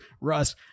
Russ